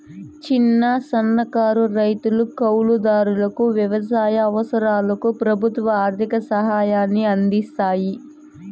చిన్న, సన్నకారు రైతులు, కౌలు దారులకు వ్యవసాయ అవసరాలకు ప్రభుత్వాలు ఆర్ధిక సాయాన్ని అందిస్తాయి